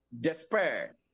despair